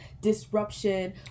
disruption